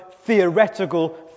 theoretical